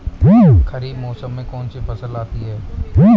खरीफ मौसम में कौनसी फसल आती हैं?